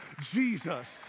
Jesus